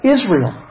Israel